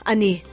Ani